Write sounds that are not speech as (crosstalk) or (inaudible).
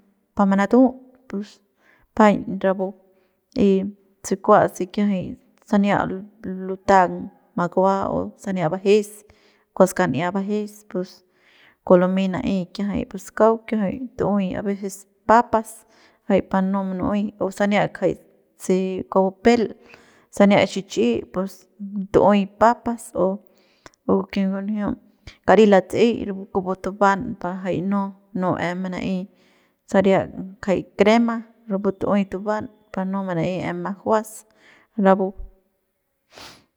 Pa manatut pus paiñ rapu y se kua se kiajay sania lutang (noise) makua o sania bajes kua skan'ia bajes pus kua lumey na'ey pus kiajay kauk kiajay tu'uey abecés papas jay ma no munu'uey o sani kjai se kua bupel sania xichi pus tu'uey papas o ken ngunjiu kari latsey rapu tuban jay para no em mana'ey saria ngajay crema (noise) rapu tu'uey tuban pa no mana'ey em majuas rapu.